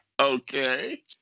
Okay